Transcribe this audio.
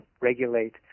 regulate